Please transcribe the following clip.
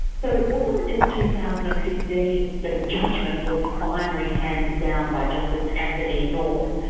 so it wasn't until two thousand and fifteen that ah judgement was finally handed down by justice anthony north,